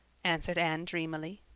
answered anne dreamily.